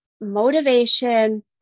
motivation